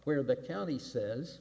where the county says